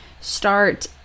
start